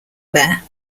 there